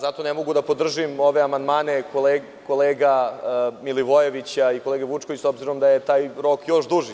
Zato ne mogu da podržim ove amandmane kolege Milivojevića i kolege Vučković, s obzirom da je taj rok još duži.